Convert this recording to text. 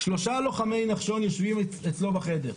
שלושה לוחמי נחשון יושבים אצלו בחדר.